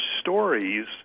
stories